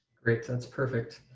great, that's perfect.